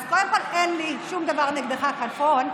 אז קודם כול אין לי שום דבר נגדך, כלפון,